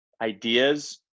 ideas